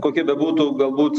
kokie bebūtų galbūt